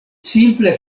simple